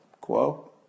quo